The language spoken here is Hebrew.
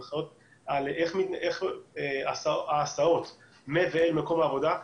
הנחיות על איך ההסעות מ- ואל מקום העבודה.